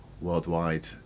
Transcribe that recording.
worldwide